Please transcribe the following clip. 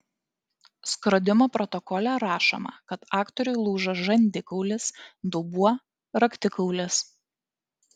skrodimo protokole rašoma kad aktoriui lūžo žandikaulis dubuo raktikaulis